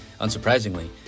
unsurprisingly